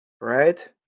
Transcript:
right